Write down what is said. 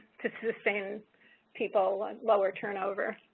to sustain people and lower turnover.